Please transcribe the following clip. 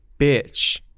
bitch